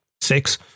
six